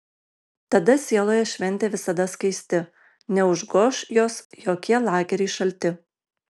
tada sieloje šventė visada skaisti neužgoš jos jokie lageriai šalti